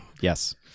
Yes